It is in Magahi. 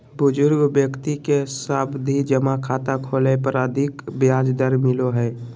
बुजुर्ग व्यक्ति के सावधि जमा खाता खोलय पर अधिक ब्याज दर मिलो हय